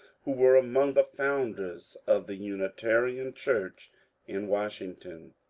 who were among the founders of the unitarian church in washington.